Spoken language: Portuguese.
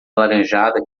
alaranjada